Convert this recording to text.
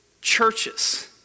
Churches